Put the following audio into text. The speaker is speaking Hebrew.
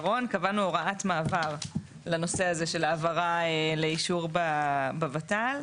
קבענו הוראת מעבר לנושא הזה של העברה לאישור בות"ל.